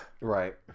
Right